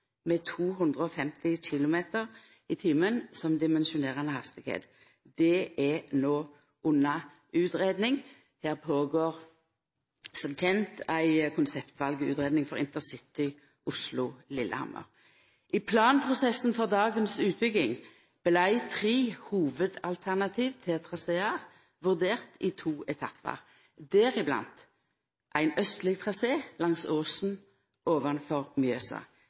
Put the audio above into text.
med 250 km/t som dimensjonerande hastigheit. Det er no under utgreiing. Det blir som kjent gjennomført ei konseptvalutgreiing for intercity Oslo–Lillehammer. I planprosessen for dagens utbygging vart tre hovudalternativ til trasear vurderte i to etappar, deriblant ein austleg trasé langs åsen ovanfor